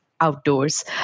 outdoors